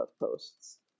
posts